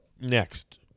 next